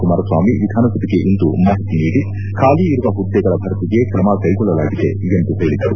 ಕುಮಾರಸ್ವಾಮಿ ವಿಧಾನಸಭೆಗೆ ಇಂದು ಮಾಹಿತಿ ನೀಡಿ ಖಾಲಿ ಇರುವ ಹುದ್ದೆಗಳ ಭರ್ತಿಗೆ ಕ್ರಮ ಕೈಗೊಳ್ಳಲಾಗಿದೆ ಎಂದು ಹೇಳಿದರು